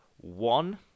one